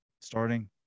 starting